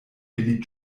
billy